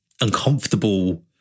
uncomfortable